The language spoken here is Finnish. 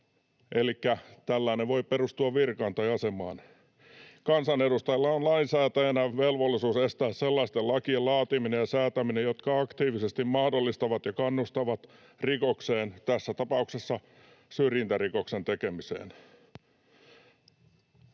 elikkä tällainen voi perustua virkaan tai asemaan. Kansanedustajalla on lainsäätäjänä velvollisuus estää sellaisten lakien laatiminen ja säätäminen, jotka aktiivisesti mahdollistavat ja kannustavat rikokseen, tässä tapauksessa syrjintärikoksen tekemiseen.